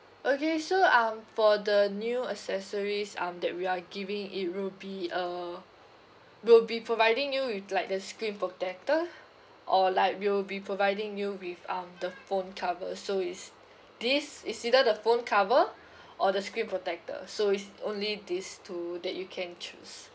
okay so um for the new accessories um that we are giving it will be uh we'll be providing you with like the screen protector or like we will be providing you with um the phone cover so is this is either the phone cover or the screen protector so is only these two that you can choose